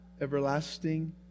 everlasting